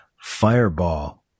Fireball